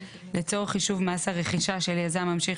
לצורך חישוב מס הרכישה של יזם ממשיך